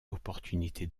opportunité